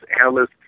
analysts